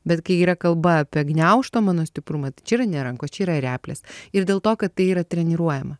bet kai yra kalba apie gniaužto mano stiprumą tai čia yra ne rankos čia yra replės ir dėl to kad tai yra treniruojama